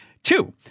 Two